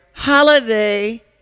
Holiday